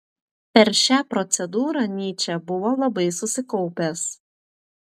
per šią procedūrą nyčė buvo labai susikaupęs